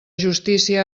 justícia